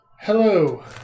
Hello